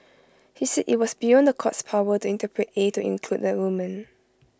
he said IT was beyond the court's power to interpret A to include A woman